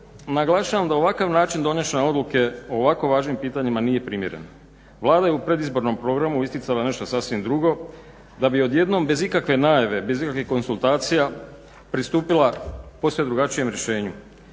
naglašavam da ovakav način donošenja odluka o ovako važnim pitanjima nije primjerno. Vlada je u predizbornom programu isticala nešto sasvim drugo da bi odjednom bez ikakve najave, bez ikakvih konzultacija pristupila posve drugačijem rješenju.